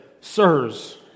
Sirs